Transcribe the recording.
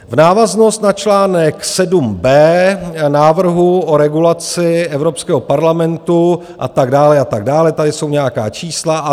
V návaznost na článek 7b návrhu o regulaci Evropského parlamentu a tak dále, a tak dále, tady jsou nějaká čísla.